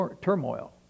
turmoil